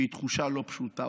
שהיא תחושה לא פשוטה,